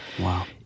Wow